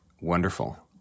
Wonderful